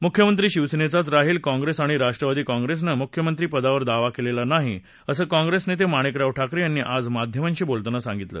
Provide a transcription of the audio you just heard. मुख्यमंत्री शिवसेनेचाच राहील काँप्रेस आणि राष्ट्रवादी काँप्रेसनं मुख्यमंत्रीपदावर दावा केलेला नाही असं काँप्रेस नेते माणिकराव ठाकरे यांनी आज माध्यमांशी बोलताना सांगितलं